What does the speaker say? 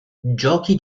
giochi